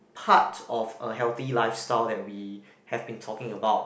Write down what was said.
part of a healthy lifestyle that we have been talking about